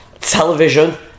television